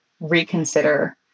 reconsider